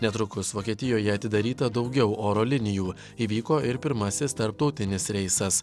netrukus vokietijoje atidaryta daugiau oro linijų įvyko ir pirmasis tarptautinis reisas